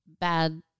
bad